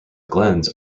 glens